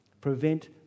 prevent